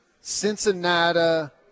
Cincinnati